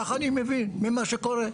כך אני מבין ממה שקורה.